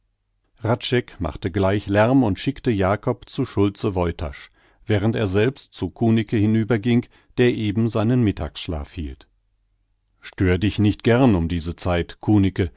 hradscheck machte gleich lärm und schickte jakob zu schulze woytasch während er selbst zu kunicke hinüber ging der eben seinen mittagsschlaf hielt stör dich nicht gern um diese zeit